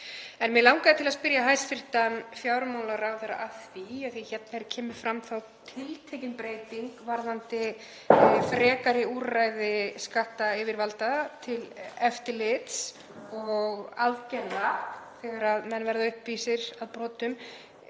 En mig langaði til að spyrja hæstv. fjármálaráðherra, af því að hérna kemur fram tiltekin breyting varðandi frekari úrræði skattayfirvalda til eftirlits og aðgerða þegar menn verða uppvísir að brotum: